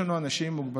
יש לנו אנשים עם מוגבלות